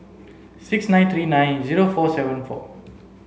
six nine three nine zero four seven four